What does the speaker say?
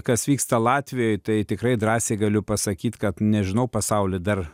kas vyksta latvijoj tai tikrai drąsiai galiu pasakyt kad nežinau pasauly dar